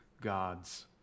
gods